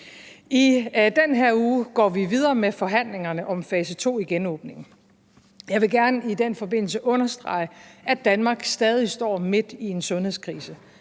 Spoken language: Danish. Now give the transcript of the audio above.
I den her uge går vi videre med forhandlingerne om fase 2 i genåbningen, og jeg vil gerne i den forbindelse understrege, at Danmark stadig står midt i en sundhedskrise.